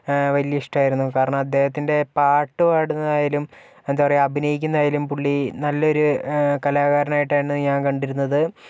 വലിയ ഇഷ്ടമായിരുന്നു കാരണം അദ്ദേഹത്തിന്റെ പാട്ടുപാടുന്നതായാലും എന്താ പറയ അഭിനയിക്കുന്നതായാലും പുള്ളി നല്ലൊരു കലാകാരനായിട്ടാണ് ഞാന് കണ്ടിരുന്നത്